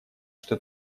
что